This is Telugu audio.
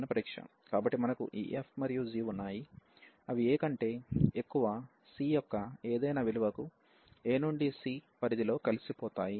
కాబట్టి మనకు ఈ f మరియు g ఉన్నాయి అవి a కంటే ఎక్కువ c యొక్క ఏదైనా విలువకు a నుండి c పరిధిలో కలిసిపోతాయి